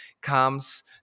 comes